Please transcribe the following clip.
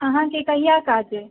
अहाँके कहिआ काज अछि